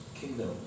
kingdom